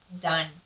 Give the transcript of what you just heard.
done